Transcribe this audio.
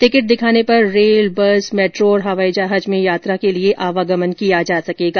ticket दिखाने पर rail bus metro और हवाई जहाज में यात्रा के आवागमन किया जा सकेगा